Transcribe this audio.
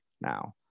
now